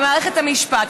במערכת המשפט,